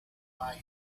buy